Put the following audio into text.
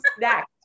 next